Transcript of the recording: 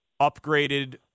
upgraded